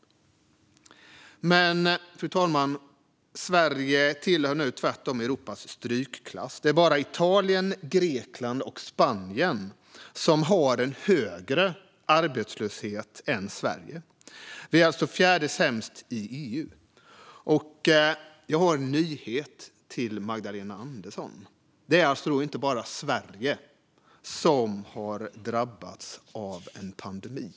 Fru talman! Sverige tillhör nu tvärtom Europas strykklass. Det är bara Italien, Grekland och Spanien som har en högre arbetslöshet än Sverige. Vi är alltså fjärde sämst i EU. Och jag har en nyhet till Magdalena Andersson: Det är inte bara Sverige som har drabbats av en pandemi.